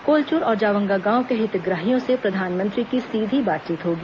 कोलचूर और जावंगा गांव के हितग्राहियों से प्रधानमंत्री की सीधी बातचीत होगी